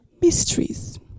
Mysteries